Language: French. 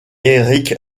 éric